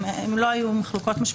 אם לא היו מחלוקות.